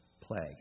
plague